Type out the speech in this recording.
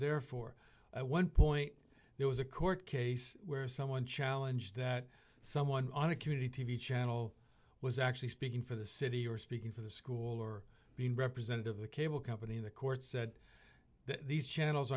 there for one point there was a court case where someone challenge that someone on a community t v channel was actually speaking for the city or speaking for the school or being representative of a cable company the court said that these channels